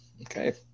Okay